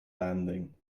landing